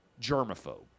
germaphobe